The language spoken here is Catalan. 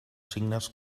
signes